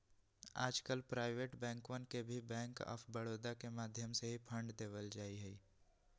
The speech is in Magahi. आजकल प्राइवेट बैंकवन के भी बैंक आफ बडौदा के माध्यम से ही फंड देवल जाहई